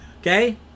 Okay